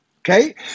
Okay